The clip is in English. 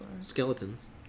Skeletons